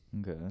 Okay